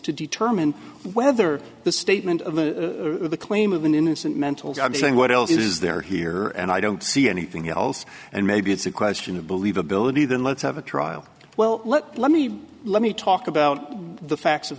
to determine whether the statement of the the claim of an innocent mentals i'm saying what else is there here and i don't see anything else and maybe it's a question of believability then let's have a trial well let let me let me talk about the facts of